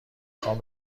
خوام